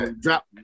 drop